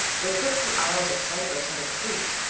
where, twixt the isles of cyprus and of crete,